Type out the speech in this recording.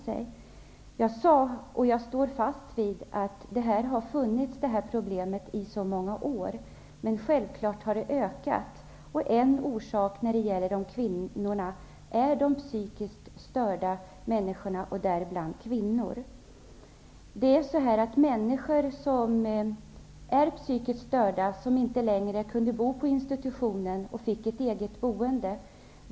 Jag sade -- och jag står fast vid -- att det här problemet har funnits i många år. Men självfallet har det ökat. En orsak är de psykiskt störda människorna, och däribland kvinnor. Det gäller psykiskt störda människor som inte längre kunde bo kvar på institutionen utan fick ett eget boende.